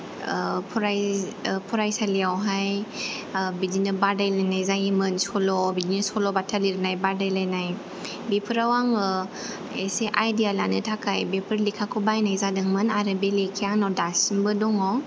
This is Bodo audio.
ओ फराय ओ फरायसालियावहाय ओ बिदिनो बादायलायनाय जायोमोन सल' बिदि सल'बाथा लिरनाय बादायलायनाय बिफोराव आङो एसे आयदिया लानो थाखाय बेफोर लेखाखौ बायनाय जादोंमोन आरो बे लेखाया आंनाव दासिमबो दङ